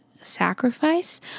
sacrifice